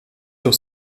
doch